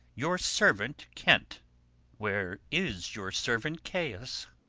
your servant kent where is your servant caius?